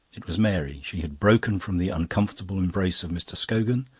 it was mary. she had broken from the uncomfortable embrace of mr. scogan,